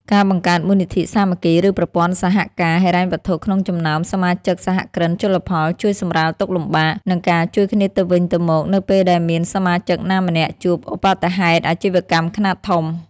ការបង្កើតមូលនិធិសាមគ្គី ឬប្រព័ន្ធសហការហិរញ្ញវត្ថុក្នុងចំណោមសមាជិកសហគ្រិនជលផល ជួយសម្រាលទុក្ខលំបាក និងការជួយគ្នាទៅវិញទៅមកនៅពេលដែលមានសមាជិកណាម្នាក់ជួបឧប្បត្តិហេតុអាជីវកម្មខ្នាតធំ។